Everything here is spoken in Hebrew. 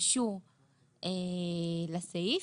קשור לסעיף.